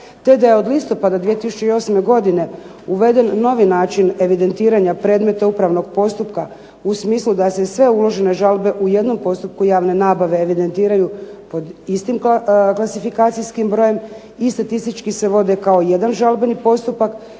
te da je od listopada 2008. godine uveden novi način evidentiranja predmeta upravnog postupka u smislu da se sve uložene žalbe u jednom postupku javne nabave evidentiraju pod istim klasifikacijskim brojem i statistički se vode kao jedan žalbeni postupak